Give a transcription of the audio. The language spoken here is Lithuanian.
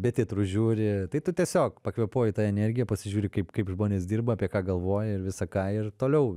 be titrų žiūri tai tu tiesiog pakvėpuoji ta energija pasižiūri kaip kaip žmonės dirba apie ką galvoja ir visa ką ir toliau